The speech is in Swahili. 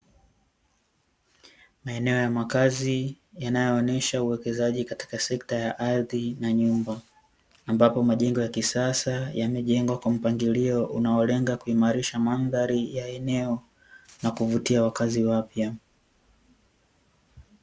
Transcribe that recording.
Maeneo ya makazi yanayoonesha uwekezaji katika sekta ya ardhi na nyumba. Ambapo majengo ya kisasa yamejengwa kwa mpangilio, unaolenga kuimarisha mandhari ya eneo na kuvutia wakazi wapya.